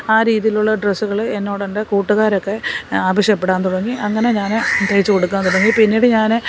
ആ രീതിയിലുള്ള ഡ്രസ്സുകൾ എന്നോടെൻ്റെ കൂട്ടുകാരൊക്കെ ആവശ്യപ്പെടാൻ തുടങ്ങി അങ്ങനെ ഞാൻ തയ്ച്ച് കൊടുക്കാൻ തുടങ്ങി പിന്നീട് ഞാൻ